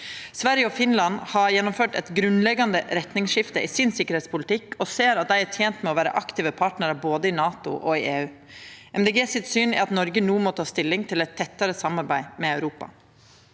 Sverige og Finland har gjennomført eit grunnleggjande retningsskifte i sin sikkerheitspolitikk og ser at dei er tente med å vera aktive partnarar både i NATO og i EU. Synet til Miljøpartiet Dei Grøne er at Noreg no må ta stilling til eit tettare samarbeid med Europa.